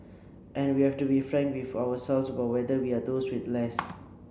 and we have to be frank with ourselves about whether we are those with less